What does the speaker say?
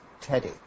teddy